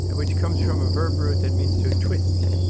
which comes from a verb root that means to twist,